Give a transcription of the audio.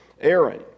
Aaron